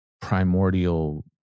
primordial